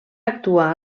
actuar